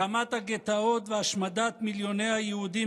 הקמת הגטאות והשמדת מיליוני היהודים